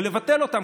ולבטל אותם,